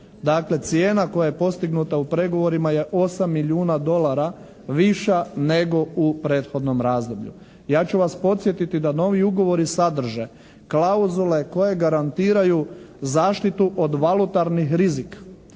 cijena koja je postignuta u pregovorima je 8 milijuna dolara više nego u prethodnom razdoblju. Ja ću vas podsjetiti da novi ugovori sadrže klauzule koje garantiraju zaštitu od valutarnih rizika.